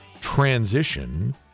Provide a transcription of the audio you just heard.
transition